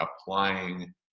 applying